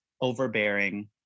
overbearing